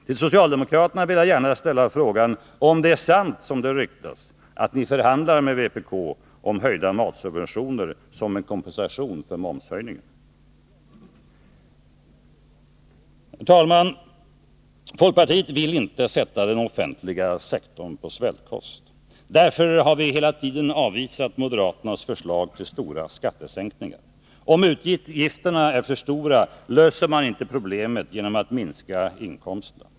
Till socialdemokraterna vill jag gärna ställa frågan om det är sant, som det ryktas, att ni förhandlar med vpk om höjda matsubventioner som en kompensation för momshöjningen. Herr talman! Folkpartiet vill inte sätta den offentliga sektorn på svältkost. Därför har vi hela tiden avvisat moderaternas förslag om stora skattesänkningar. Om utgifterna är för stora, löser man inte problemet genom att minska inkomsterna.